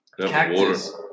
Cactus